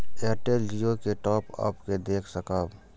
Airtel Jio के top up के देख सकब?